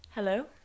Hello